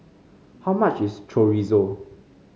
how much is Chorizo